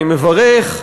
אני מברך,